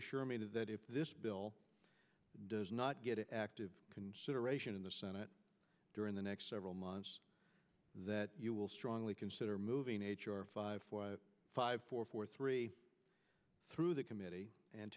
assure me that if this bill does not get active consideration in the senate during the next several months that you will strongly consider moving h r five four five four four three through the committee and